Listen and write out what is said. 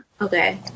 Okay